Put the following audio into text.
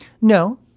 No